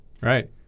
Right